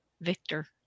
Victor